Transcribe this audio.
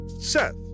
Seth